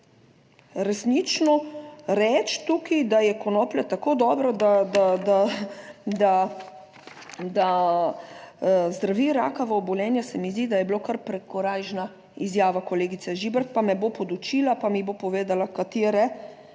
resnično reči tukaj, da je konoplja tako dobra, da da zdravi rakavo obolenje, se mi zdi, da je bilo kar prekorajžna izjava kolegice Žibert. Pa me bo podučila pa mi bo povedala, 94.